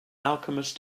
alchemist